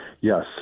Yes